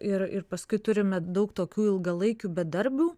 ir ir paskui turime daug tokių ilgalaikių bedarbių